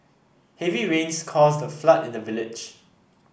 heavy rains caused a flood in the village